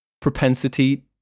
propensity